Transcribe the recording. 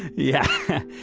yeah.